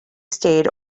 stayed